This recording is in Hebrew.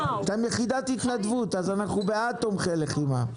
הם ביחידת התנדבות אז אנחנו בעד תומכי לחימה.